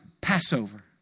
Passover